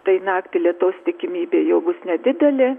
tai naktį lietaus tikimybė jau bus nedidelė